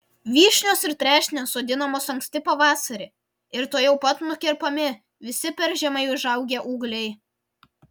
vyšnios ir trešnės sodinamos anksti pavasarį ir tuojau pat nukerpami visi per žemai užaugę ūgliai